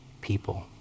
people